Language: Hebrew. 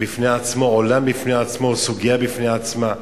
בפני עצמו, עולם בפני עצמו, סוגיה בפני עצמה.